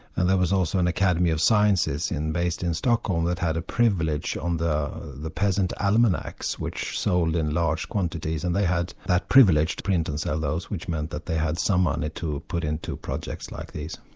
and there was also an academy of sciences based in stockholm that had a privilege on the the peasant almanacs, which sold in large quantities, and they had that privilege to print and sell those, which meant that they had some money to put into projects like this.